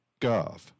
gov